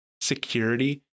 security